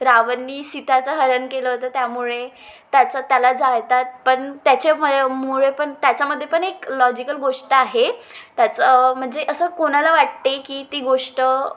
रावणानी सीतेचं हरण केलं होतं त्यामुळे त्याचं त्याला जाळतात पण त्याच्यामुळे पण त्याच्यामध्ये पण एक लॉजिकल गोष्ट आहे त्याचं म्हणजे असं कोणाला वाटते की ती गोष्ट